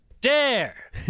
dare